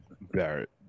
Barrett